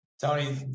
tony